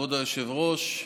כבוד היושב-ראש,